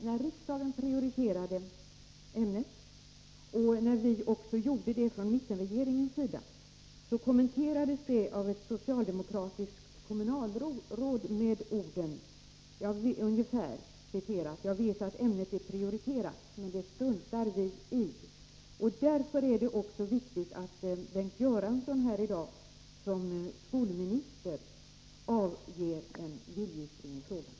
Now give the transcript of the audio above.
När riksdagen prioriterade ämnet och vi från mittenregeringens sida också gjorde det, kommenterades det av ett socialdemokratiskt kommunalråd med orden: Jag vet att ämnet är prioriterat, men det struntar vi i. Därför är det också viktigt att Bengt Göransson som skolminister här i dag avger en viljeyttring i frågan.